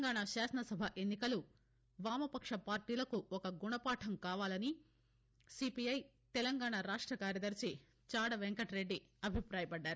తెలంగాణ శాసనసభ ఎన్నికలు వామపక్ష పార్లీలకు ఒక గుణపాఠం కావాలని సీపీఐ తెలంగాణ రాష్ట కార్యదర్ని చాడ వెంకట్రెడ్డి అభిప్రాయపడ్గారు